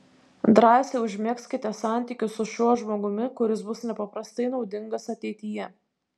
drąsiai užmegzkite santykius su šiuo žmogumi kuris bus nepaprastai naudingas ateityje